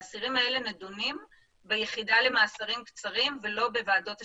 האסירים האלה נדונים ביחידה למאסרים קצרים ולא בוועדות השחרורים,